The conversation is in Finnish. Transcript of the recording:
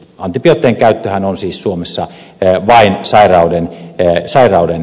antibioottien käyttöhän on siis suomessa vain sairautta varten